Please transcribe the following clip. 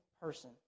person